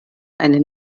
einen